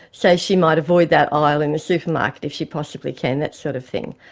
so she might avoid that aisle in the supermarket if she possibly can, that sort of thing.